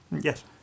Yes